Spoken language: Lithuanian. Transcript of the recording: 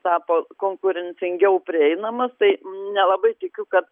tapo konkurencingiau prieinamas tai nelabai tikiu kad